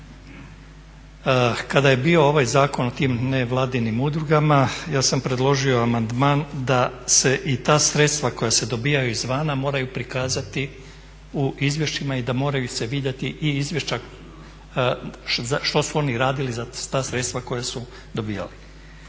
Kada je bio ovaj zakon o tim nevladinim udrugama ja sam predložio amandman da se i ta sredstva koja se dobijaju izvana moraju prikazati u izvješćima i da moraju se vidjeti i izvješća što su oni radili za ta sredstva koja su dobijali.